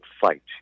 fight